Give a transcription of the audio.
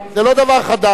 זה לא דבר חדש.